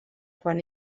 quan